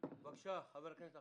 יכול להיות שאחד יתפספס,